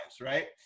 right